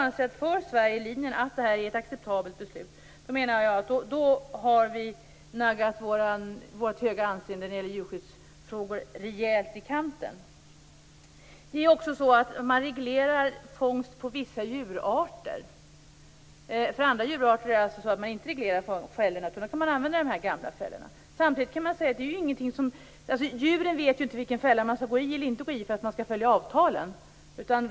Om Sverige driver linjen att detta är ett acceptabelt beslut naggas, menar jag, vårt goda anseende rejält i kanten just när det gäller djurskyddsfrågor. Vidare är det så att man reglerar fångsten av vissa djurarter. För andra djurarter regleras alltså inte fällorna. Därmed kan de gamla fällorna användas. Men djuren vet ju inte vilken fälla de skall gå i eller inte gå i - med tanke på avtalen.